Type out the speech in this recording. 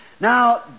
Now